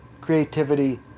creativity